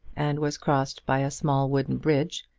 and was crossed by a small wooden bridge,